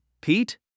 Pete